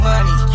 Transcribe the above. money